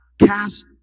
Cast